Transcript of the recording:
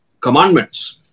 commandments